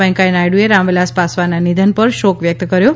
વેંકૈયા નાયડુએ રામવિલાસ પાસવાનના નિધન પર શોક વ્યક્ત કર્યો છે